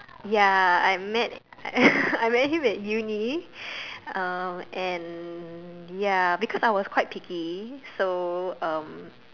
ya I met I met him at uni uh and ya because I was quite picky so um